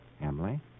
Emily